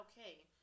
okay